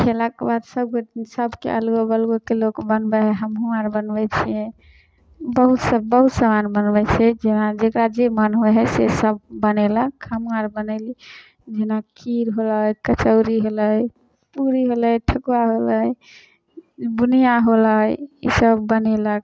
खएलाके बाद सभके अलगो बलगोके लोक बनबै हइ हमहूँ आर बनबै छिए बहुत से बहुत समान बनबै छिए जकरा जे मोन होइ हइ से सब बनेलक हमहूँ आर बनैली जेना खीर होलै कचौड़ी होलै पूड़ी होलै ठकुआ होलै बुनिआँ होलै ईसब बनेलक